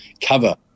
cover